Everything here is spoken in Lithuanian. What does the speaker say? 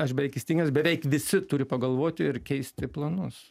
aš beveik įstikinęs beveik visi turi pagalvoti ir keisti planus